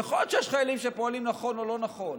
יכול להיות שיש חיילים שפועלים נכון או לא נכון,